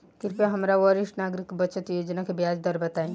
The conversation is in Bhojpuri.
कृपया हमरा वरिष्ठ नागरिक बचत योजना के ब्याज दर बताइं